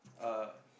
uh